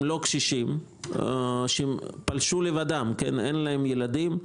לא קשישים שפלשו לבדם ואין להם ילדים.